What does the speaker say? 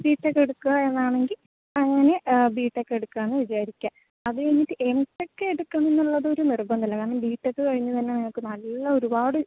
B tech എടുക്കുക എന്നാണെങ്കിൽ അങ്ങനെ ബി ടെക്ക് എടുക്കുകാന്ന് വിചാരിക്കുക അതുകഴിഞ്ഞിട്ട് എം ടെക്ക് എടുക്കുന്നൊള്ളത് ഒരു നിർബന്ധവല്ല കാരണം ബി ടെക്ക് കഴിഞ്ഞ് തന്നെ നിങ്ങൾക്ക് നല്ല ഒരുപാട്